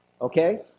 Okay